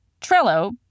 Trello